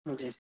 جی